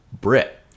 Brit